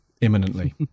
imminently